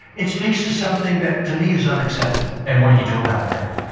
it speaks to something that to me is unacceptable. and what do you do about it then?